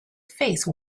face